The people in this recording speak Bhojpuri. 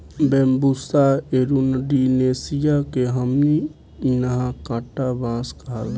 बैम्बुसा एरुण्डीनेसीया के हमनी इन्हा कांटा बांस कहाला